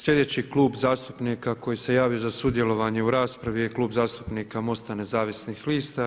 Slijedeći klub zastupnika koji se javio za sudjelovanje u raspravi je Klub zastupnika MOST-a Nezavisnih lista.